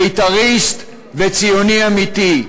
בית"ריסט וציוני אמיתי,